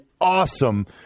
awesome